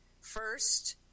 first